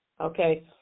Okay